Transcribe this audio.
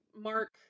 mark